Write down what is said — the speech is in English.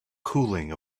cooling